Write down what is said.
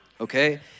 Okay